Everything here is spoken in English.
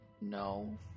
No